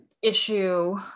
issue